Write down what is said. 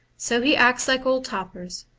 so he acts like old topers,